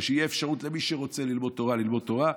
ושתהיה האפשרות למי שרוצה ללמוד תורה ללמוד תורה,